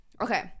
Okay